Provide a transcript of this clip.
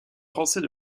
français